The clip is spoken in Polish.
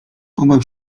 pobaw